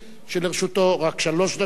שלרשותו רק שלוש דקות,